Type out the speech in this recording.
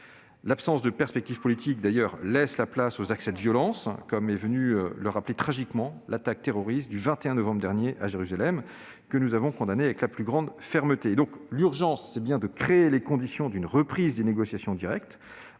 L'absence de perspectives politiques laisse d'ailleurs la place aux accès de violence, comme est venue le rappeler tragiquement l'attaque terroriste du 21 novembre dernier à Jérusalem, que nous avons condamnée avec la plus grande fermeté. L'urgence est bien de créer les conditions d'une reprise des négociations directes